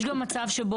יש מצב שבו